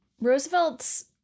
Roosevelt's